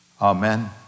Amen